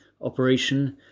operation